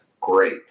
Great